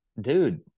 dude